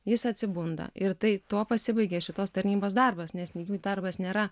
jis atsibunda ir tai tuo pasibaigia šitos tarnybos darbas nes jų darbas nėra